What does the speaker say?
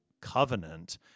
Covenant